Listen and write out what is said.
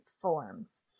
forms